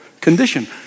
condition